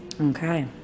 Okay